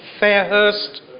Fairhurst